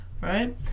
Right